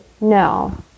no